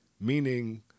Meaning